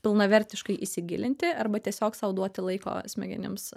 pilnavertiškai įsigilinti arba tiesiog sau duoti laiko smegenims